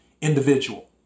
individual